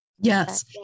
Yes